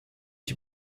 ich